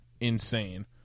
insane